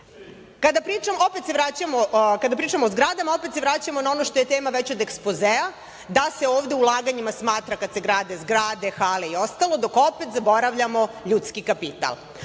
pričamo o zgradama, opet se vraćamo na ono što je tema već od ekspozea, da se ovde ulaganjima smatra kada se grade zgrade, hale i ostalo, dok opet zaboravljamo ljudski kapital.